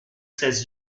ses